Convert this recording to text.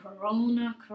corona